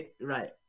Right